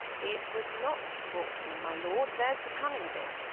it was not brought me, my lord there's the cunning of it.